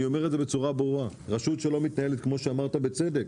אני אומר את זה בצורה ברורה: רשות שלא מתנהלת כמו שאמרת בצדק,